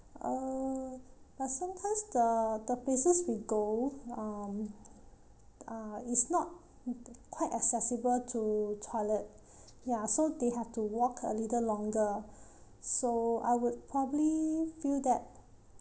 uh but sometimes the the places we go um uh is not quite accessible to toilet ya so they have to walk a little longer so I would probably feel that